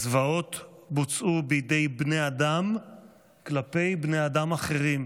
הזוועות בוצעו בידי בני אדם כלפי בני אדם אחרים,